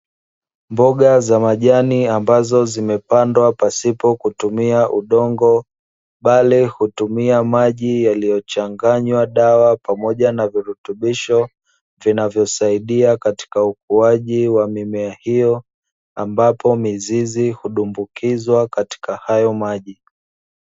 Mboga za majani ambazo zimepandwa pasipo kutumia udongo bali hutumia maji yaliyochanganywa dawa pamoja na virutubisho, vinavosaidia katika ukuaji wa mimea hiyo ambapo mizizi hudumbukizwa katika hayo maji.